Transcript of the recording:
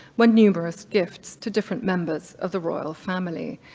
went numerous gifts to different members of the royal family.